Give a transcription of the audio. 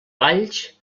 balls